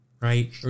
Right